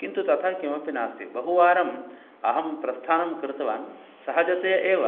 किन्तु तथा किमपि नास्ति बहुवारं अहं प्रस्थानं कृतवान् सहजतया एव